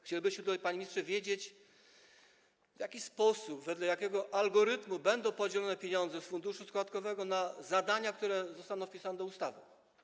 Chcielibyśmy, panie ministrze, wiedzieć, w jaki sposób, wedle jakiego algorytmu będą podzielone pieniądze funduszu składkowego na zadania, które zostaną wpisane do ustawy.